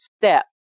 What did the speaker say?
step